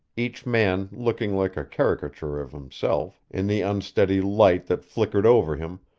each man looking like a caricature of himself, in the unsteady light that flickered over him,